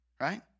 Right